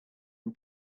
and